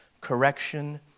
Correction